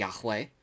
Yahweh